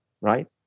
right